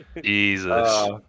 Jesus